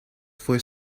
fue